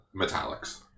Metallics